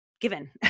given